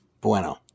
bueno